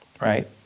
right